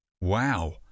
Wow